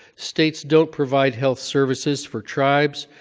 states don't provide health services for tribes,